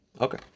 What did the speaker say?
Okay